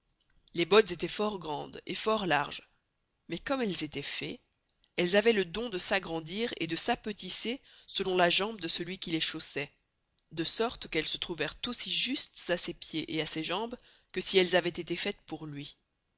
les bottes estoient fort grandes et fort larges mais comme elles estoient fées elles avoient le don de s'agrandir et de s'apetisser selon la jambe de celuy qui les chaussoit de sorte qu'elles se trouverent aussi justes à ses pieds et à ses jambes que si elles avoient esté faites pour lui